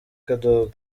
kadogo